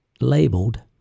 labeled